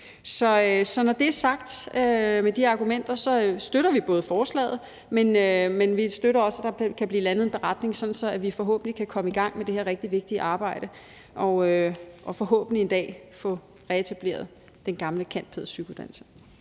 Så når det er sagt og med de argumenter, støtter vi både forslaget, men også, at der kan blive landet en beretning, sådan at vi forhåbentlig kan komme i gang med det her vigtige arbejde og forhåbentlig en dag få reetableret den gamle cand.pæd.psych.-uddannelse.